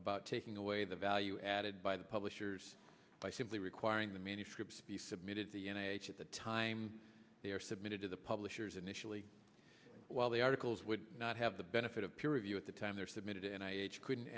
about taking away the value added by the publishers by simply requiring the manuscript to be submitted to the n h at the time they are submitted to the publishers initially while the articles would not have the benefit of peer review at the time they were submitted and i couldn't